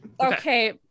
Okay